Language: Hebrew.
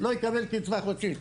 לא יקבל קצבה חודשית,